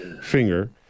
finger